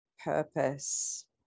purpose